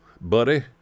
buddy